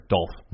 Dolph